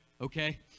Okay